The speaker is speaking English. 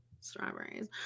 strawberries